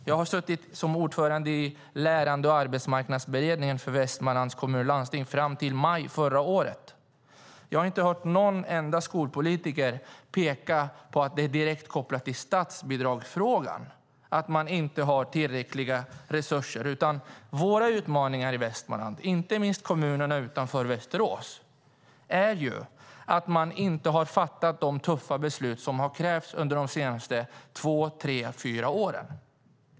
Jag har suttit som ordförande i lärande och arbetsmarknadsberedningen inom Västmanlands kommuner och landsting fram till maj förra året. Jag har inte hört någon enda skolpolitiker peka på att det är direkt kopplat till statsbidragsfrågan att man inte har tillräckliga resurser. Våra utmaningar i Västmanland - inte minst i kommunerna utanför Västerås - gäller att man inte har fattat de tuffa beslut som har krävts under de senaste två, tre eller fyra åren.